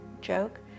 joke